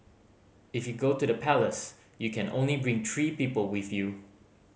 if you go to the palace you can only bring three people with you